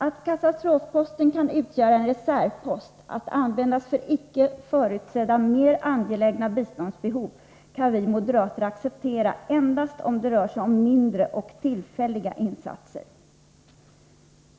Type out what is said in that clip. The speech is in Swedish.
Att katastrofposten kan utgöra en reservpost att användas för icke förutsedda mer angelägna biståndsbehov kan vi moderater acceptera endast om det rör sig om mindre och tillfälliga insatser.